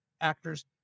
actors